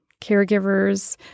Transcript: Caregivers